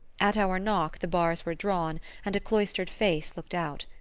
at our knock the bars were drawn and a cloistered face looked out.